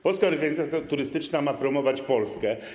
Polska Organizacja Turystyczna ma promować Polskę.